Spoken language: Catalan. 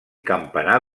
campanar